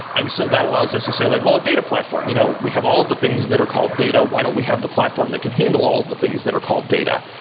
and so that allows us to say like, well, a data platform. you know we have all of the things that are called data. why don't we have the platform that can handle all of the things that are called data?